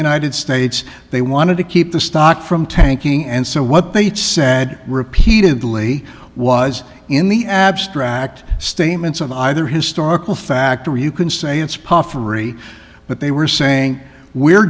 united states they wanted to keep the stock from tanking and so what they said repeatedly was in the abstract statements of either historical fact or you can say it's puffery but they were saying we're